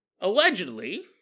allegedly